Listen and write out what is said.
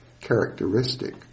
characteristic